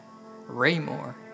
Raymore